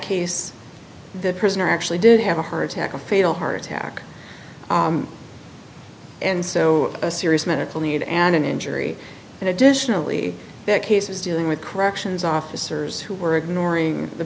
case the prisoner actually did have a heart attack a fatal heart attack and so a serious medical need and an injury and additionally that case was dealing with corrections officers who were